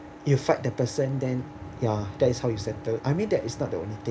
you fight the person then ya that is how you settle I mean that is not the only thing